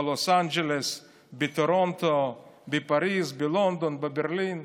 בלוס אנג'לס, בטורונטו, בפריז, בלונדון, בברלין.